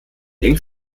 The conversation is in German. eng